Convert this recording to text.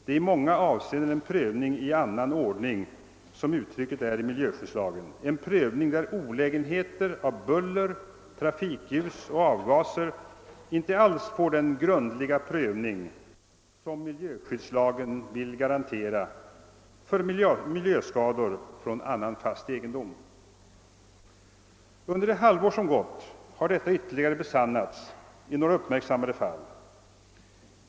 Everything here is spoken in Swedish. Det är i många avseenden en prövning »i annan ordning», som uttrycket är i miljöskyddslagen, varvid olägenheter av buller, trafikljus och avgaser inte alls får den grundliga prövning som miljöskyddslagen vill garantera för miljöskador från annan fast egendom. Under det halvår som gått har detta ytterligare besannats av några uppmärksammade fall.